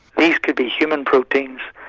these could be human proteins,